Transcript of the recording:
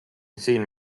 siin